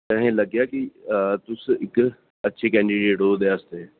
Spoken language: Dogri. ते असें गी लग्गेआ कि तुस इक अच्छे कैंडीडेट ओ ओहदे आस्तै